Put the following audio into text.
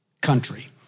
country